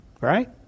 Right